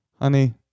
Honey